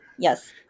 Yes